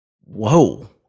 Whoa